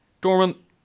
Dorman